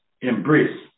embrace